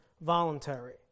voluntary